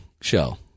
show